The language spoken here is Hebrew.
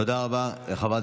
תודה רבה לחברת